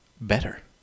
better